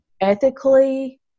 ethically